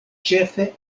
ĉefe